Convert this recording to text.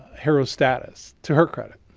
hero status. to her credit.